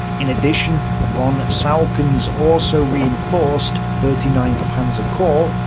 in addition, von saucken's also reinforced thirty ninth panzer corps,